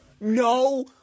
no